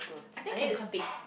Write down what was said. I think can consider